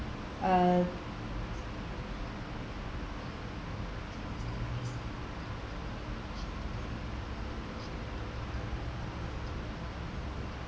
uh